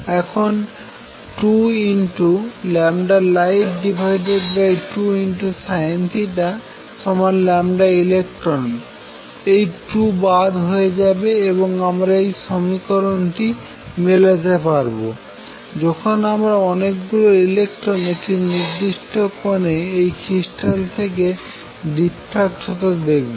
এখন 2light2Sinθelectrons এই 2 বাদ হয়ে যাবে এবং আমরা এই সমীকরণটি মেলাতে পারবো যখন আমরা অনেকগুলি ইলেকট্রন একটি নির্দিষ্ট কোনে এই ক্রিস্টাল থেকে ডিফ্রাক্ট হতে দেখব